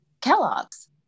Kellogg's